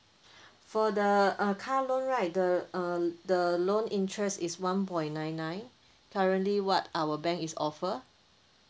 for the uh car loan right the uh the loan interest is one point nine nine currently what our bank is offer